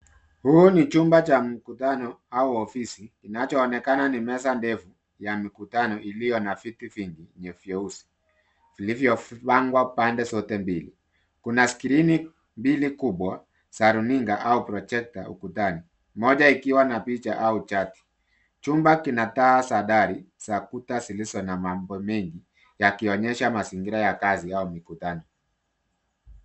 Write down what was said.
Huu ni chumba cha mkutano au ofisi. Kinachoonekana ni meza ndefu ya mkutano iliyo na viti vingi vyeusi, vilivyopangwa pande zote mbili. Kuna skrini mbili kubwa za runinga au projekta ukutani. Moja ikiwa na picha au chati. Chumba kina taa za dari za kuta zilizo na mambo mengi yakionyesha mazingira ya kazi au mikutano.